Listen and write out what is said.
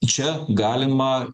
čia galima